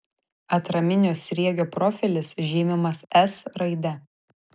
atraminio sriegio profilis žymimas s raide